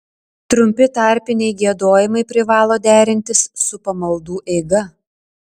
trumpi tarpiniai giedojimai privalo derintis su pamaldų eiga